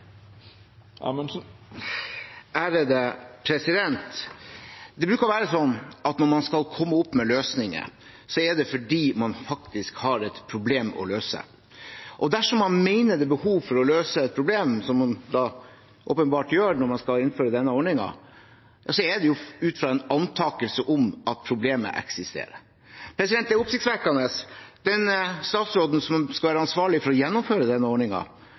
Det bruker å være slik at når man skal komme opp med løsninger, er det fordi man faktisk har et problem å løse. Og dersom man mener det er behov for å løse et problem – som man da åpenbart gjør, når man skal innføre denne ordningen – er det jo ut fra en antakelse om at problemet eksisterer. Det er oppsiktsvekkende at den statsråden som skal være ansvarlig for å gjennomføre denne